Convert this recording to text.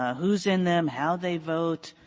ah who's in them, how they vote,